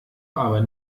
aber